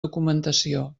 documentació